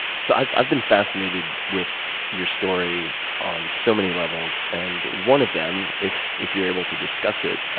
so i've i've been fascinated with your story on so many levels, and one of them, if if you're able to discuss it,